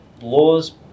Laws